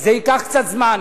זה ייקח קצת זמן.